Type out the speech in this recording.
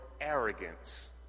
arrogance